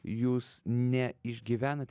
jūs neišgyvenat